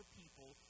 people